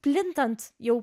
plintant jau